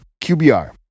QBR